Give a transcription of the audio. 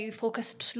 focused